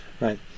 Right